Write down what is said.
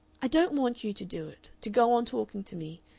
i don't want you to do it, to go on talking to me.